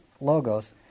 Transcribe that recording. Logos